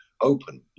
open